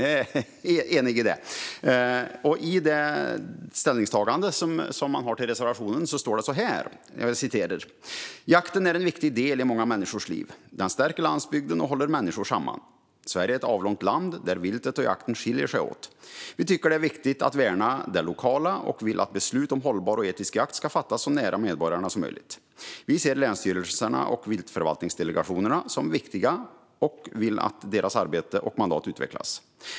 Vi är eniga om det. I ställningstagandet i reservationen står det så här: "Jakten är en viktig del i många människors liv. Den stärker landsbygden och håller människor samman. Sverige är ett avlångt land, där viltet och jakten skiljer sig åt. Vi tycker att det är viktigt att värna det lokala och vill att beslut om en hållbar och etisk jakt ska fattas så nära medborgarna som möjligt. Vi ser länsstyrelserna och viltförvaltningsdelegationerna som viktiga och vill att deras arbete och mandat utvecklas.